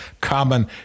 common